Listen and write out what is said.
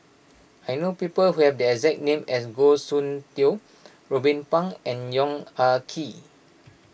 I know people who have the exact name as Goh Soon Tioe Ruben Pang and Yong Ah Kee